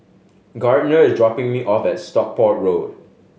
Gardner is dropping me off at Stockport Road